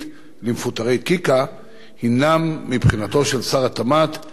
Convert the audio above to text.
הינם מבחינתי בעלי חשיבות גבוהה,